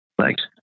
Thanks